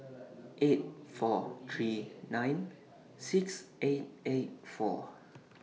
eight four three nine six eight eight four